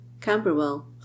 Camberwell